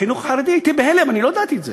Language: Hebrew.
בחינוך החרדי, הייתי בהלם, לא ידעתי את זה.